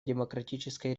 демократической